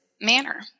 manner